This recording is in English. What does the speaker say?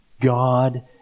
God